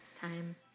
Time